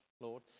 Lord